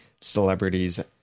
celebrities